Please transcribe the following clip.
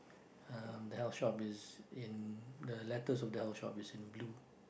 um the health shop is in the letters of the health shop is in blue